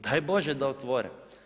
Daj Bože da otvore.